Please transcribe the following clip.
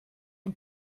und